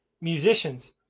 musicians